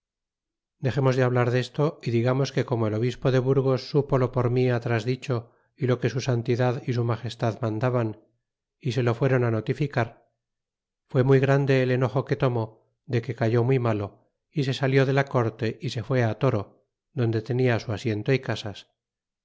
dexemos de hablar desto y digamos que como el obispo de burgos supo lo por mi atras dicho y lo que su santidad y su magestad mandaban é se lo fueron notificar fué muy grande el enojo que tomó de que cayó muy malo é se salió de la corte y se fué toro donde tenia su asiento y casas